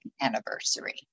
anniversary